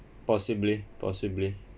possibly possibly